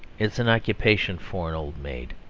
it is an occupation for an old maid.